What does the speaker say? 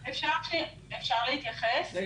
עדי,